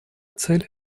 цель